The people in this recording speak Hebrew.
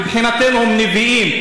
מבחינתנו הם נביאים,